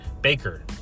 Baker